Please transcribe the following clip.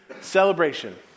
celebration